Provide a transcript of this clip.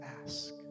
ask